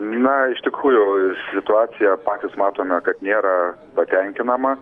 na iš tikrųjų situacija patys matome kad nėra patenkinama